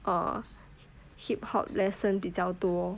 uh hip hop lesson 比较多